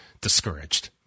discouraged